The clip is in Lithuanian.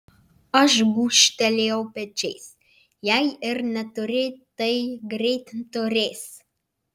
aš gūžtelėjau pečiais jei ir neturi tai greit turės